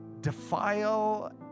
defile